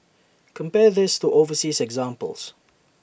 compare this to overseas examples